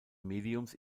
mediums